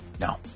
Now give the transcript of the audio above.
No